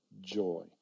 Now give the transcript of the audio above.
joy